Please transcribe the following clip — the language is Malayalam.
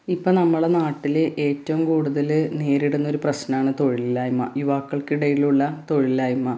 ഇപ്പം നമ്മളുടെ നാട്ടിൽ ഏറ്റവും കൂടുതൽ നേരിടുന്ന ഒരു പ്രശ്നമാണ് തൊഴിലില്ലായ്മ യുവാക്കൾക്കിടയിലുള്ള തൊഴിലില്ലായ്മ